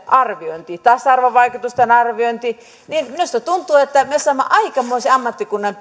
arviointi tasa arvovaikutusten arviointi ja minusta tuntuu että me saamme aikamoisen ammattikunnan